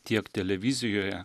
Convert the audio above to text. tiek televizijoje